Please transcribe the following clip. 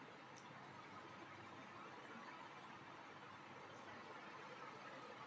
क्या आपको पता है सूखा आलूबुखारा ट्यूमर को रोकने में सहायक है?